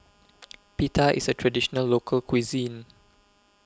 Pita IS A Traditional Local Cuisine